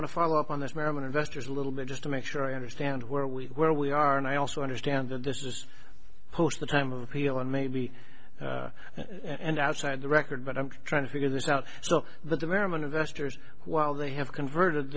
to follow up on this ma'am and investors a little bit just to make sure i understand where we where we are and i also understand that this is post the time of healing maybe and outside the record but i'm trying to figure this out so that the merriment investors while they have converted